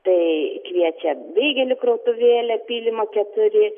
tai kviečia beigelių krautuvėlė pylimo keturi